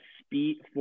speed